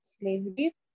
slavery